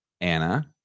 Anna